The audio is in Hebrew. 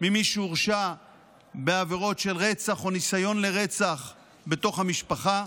ממי שהורשע בעבירות של רצח או ניסיון לרצח בתוך המשפחה.